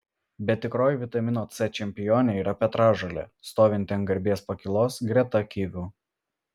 bet tikroji vitamino c čempionė yra petražolė stovinti ant garbės pakylos greta kivių